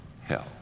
hell